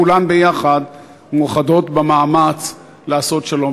כולן יחד מאוחדות במאמץ לעשות שלום.